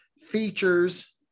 features